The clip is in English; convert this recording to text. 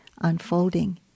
unfolding